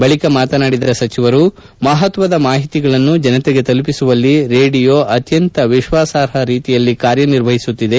ಬಳಿಕ ಮಾತನಾಡಿದ ಪ್ರಕಾಶ್ ಜಾವಡೇಕರ್ ಮಹತ್ವದ ಮಾಹಿತಿಗಳನ್ನು ಜನತೆಗೆ ತಲುಪಿಸುವಲ್ಲಿ ರೇಡಿಯೋ ಅತ್ಯಂತ ವಿಶ್ವಾಸಾರ್ಹ ರೀತಿಯಲ್ಲಿ ಕಾರ್ಯ ನಿರ್ವಹಿಸುತ್ತಿದೆ